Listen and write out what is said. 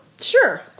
Sure